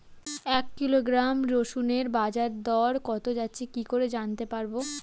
এক কিলোগ্রাম রসুনের বাজার দর কত যাচ্ছে কি করে জানতে পারবো?